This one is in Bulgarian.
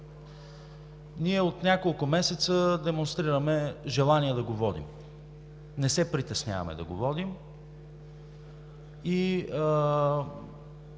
– от няколко месеца ние демонстрираме желание да го водим, не се притесняваме да го водим. Имаме